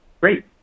Great